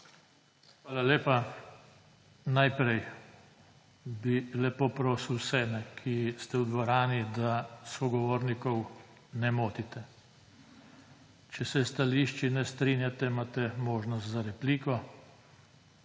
Hvala lepa. Najprej bi lepo prosil vse, ki ste v dvorani, da sogovornikov ne motite. Če se s stališči ne strinjate, imate možnost za repliko.